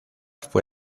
fue